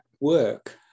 work